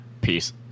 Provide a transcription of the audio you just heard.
Peace